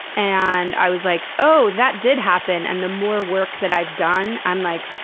and i was like, oh, that did happen, and the more work that i've done, i'm like,